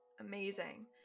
Amazing